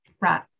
right